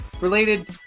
related